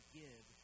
give